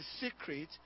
secret